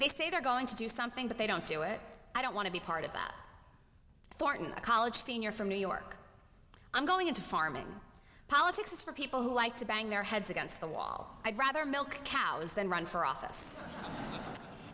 they say they're going to do something but they don't do it i don't want to be part of that fortan a college senior from new york i'm going into farming politics for people who like to bang their heads against the wall i'd rather milk cows than run for office